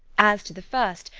as to the first,